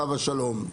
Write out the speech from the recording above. עליו השלום,